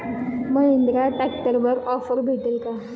महिंद्रा ट्रॅक्टरवर ऑफर भेटेल का?